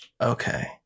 Okay